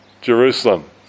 Jerusalem